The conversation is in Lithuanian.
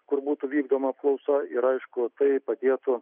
kur būtų vykdoma apklausa ir aišku tai padėtų